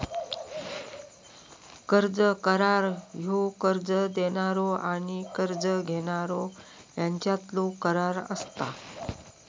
कर्ज करार ह्यो कर्ज देणारो आणि कर्ज घेणारो ह्यांच्यातलो करार असता